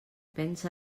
pensa